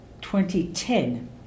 2010